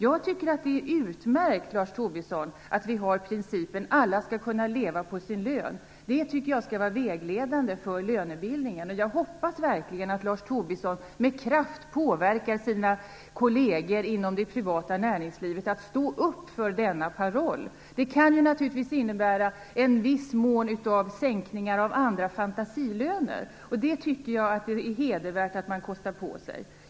Jag tycker att det är utmärkt, Lars Tobisson, att ha principen att alla skall kunna leva på sin lön. Det tycker jag skall vara vägledande för lönebildningen, och jag hoppas verkligen att Lars Tobisson med kraft påverkar sina kollegor inom det privata näringslivet att stå upp för den parollen. Det kan naturligtvis i viss mån innebära sänkningar av andra löner, fantasilöner, och det tycker jag att det vore hedervärt att kosta på sig.